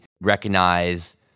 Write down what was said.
recognize